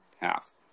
half